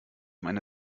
meine